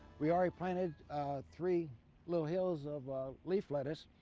we already planted three little hills of leaf lettuce.